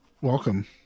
welcome